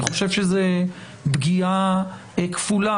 אני חושב שזאת פגיעה כפולה,